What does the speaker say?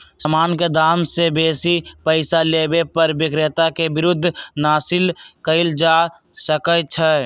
समान के दाम से बेशी पइसा लेबे पर विक्रेता के विरुद्ध नालिश कएल जा सकइ छइ